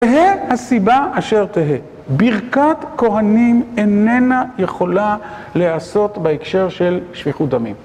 תהה הסיבה אשר תהה. ברכת כהנים איננה יכולה לעשות בהקשר של שפיכות דמים.